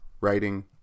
writing